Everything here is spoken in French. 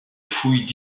fouilles